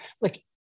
like-